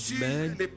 man